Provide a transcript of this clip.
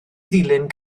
ddilyn